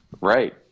Right